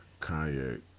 Kanye